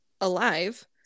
alive